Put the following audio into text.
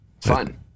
fun